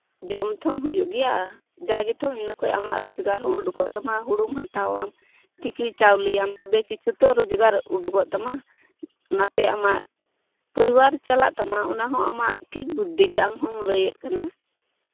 ᱡᱚᱢ ᱛᱷᱚ ᱦᱩᱭᱩᱜ ᱜᱮᱭᱟ ᱡᱟᱜᱮ ᱛᱷᱚ ᱤᱱᱟᱹ ᱠᱷᱚᱱ ᱟᱢᱟᱜ ᱨᱚᱡᱽᱜᱟᱨ ᱦᱚᱸ ᱩᱰᱩᱠᱚᱜ ᱛᱟᱢᱟ ᱦᱩᱲᱩᱢ ᱦᱟᱛᱟᱣᱟ ᱛᱤᱠᱤ ᱪᱟᱣᱞᱮᱭᱟᱢ ᱛᱚᱵᱮ ᱠᱤᱪᱷᱩ ᱛᱚ ᱨᱚᱡᱽᱜᱟᱨ ᱩᱰᱩᱠᱚᱜ ᱛᱟᱢᱟ ᱚᱱᱟᱛᱮ ᱟᱢᱟᱜ ᱯᱚᱨᱤᱵᱟᱨ ᱪᱟᱞᱟᱜ ᱛᱟᱢᱟ ᱚᱱᱟᱦᱚᱸ ᱟᱢᱟᱜ ᱴᱷᱤᱠ ᱵᱩᱫᱽᱫᱷᱤ ᱜᱮ ᱟᱢ ᱦᱚᱢ ᱞᱟᱹᱭᱮᱫ ᱠᱟᱱᱟ